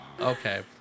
Okay